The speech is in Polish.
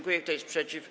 Kto jest przeciw?